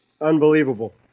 unbelievable